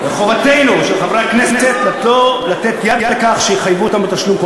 אלה אנשים שנפלו על משמר הארץ.